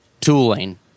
tooling